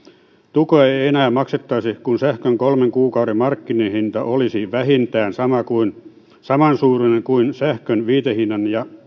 tukea ei ei enää maksettaisi kun sähkön kolmen kuukauden markkinahinta olisi vähintään saman suuruinen kuin sähkön viitehinnan ja